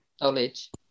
knowledge